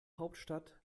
hauptstadt